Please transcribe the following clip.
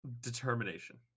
determination